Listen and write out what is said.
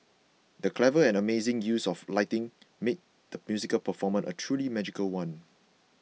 the clever and amazing use of lighting made the musical performance a truly magical one